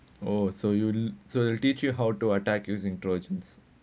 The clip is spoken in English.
oh so you so you teach you how to attack using trojans